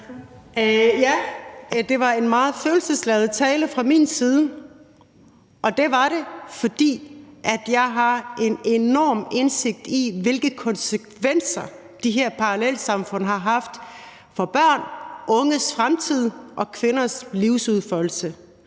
Ja, det var en meget følelsesladet tale fra min side, og det var den, fordi jeg har en enorm indsigt i, hvilke konsekvenser de her parallelsamfund har haft for børn, unges fremtid og kvinders livsudfoldelse.